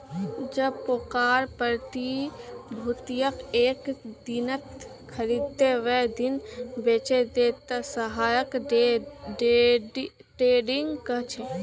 जब पैकार प्रतिभूतियक एक दिनत खरीदे वेय दिना बेचे दे त यहाक डे ट्रेडिंग कह छे